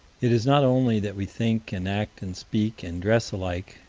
it is not only that we think and act and speak and dress alike,